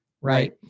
Right